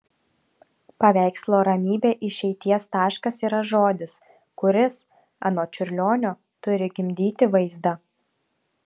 paveikslo ramybė išeities taškas yra žodis kuris anot čiurlionio turi gimdyti vaizdą